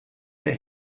der